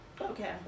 okay